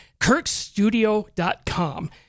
kirkstudio.com